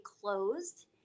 closed